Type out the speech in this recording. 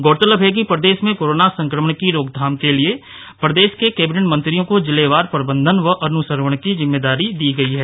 गौरतलब है कि प्रदेश में कोरोना संक्रमण की रोकथाम के लिए प्रदेश के कैबिनेट मंत्रियो को जिलेवार प्रबंधन व अनुश्रवण की जिम्मेदारी दी गयी है